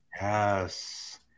Yes